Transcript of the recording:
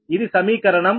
ఇది సమీకరణం 82